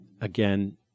again